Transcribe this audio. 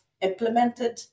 implemented